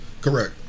Correct